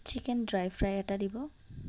chicken dry fry এটা দিব